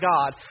God